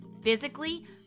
physically